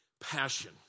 Passion